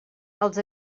els